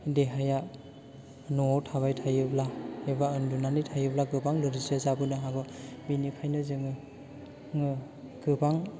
देहाया न'आव थाबाय थायोब्ला एबा उन्दुनानै थायोबा गोबां नोरजिया जोबोनो हमो बेनिखायनो जोङो गोबां